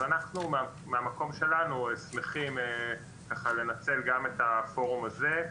אנחנו מהמקום שלנו שמחים ככה לנצל גם את הפורום הזה,